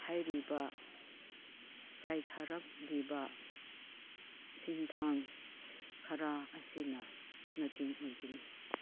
ꯍꯥꯏꯔꯤꯕ ꯀꯥꯏꯊꯔꯛꯂꯤꯕ ꯁꯦꯟꯊꯪ ꯈꯔ ꯑꯁꯤꯅ ꯃꯇꯦꯡ ꯑꯣꯏꯒꯅꯤ